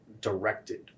directed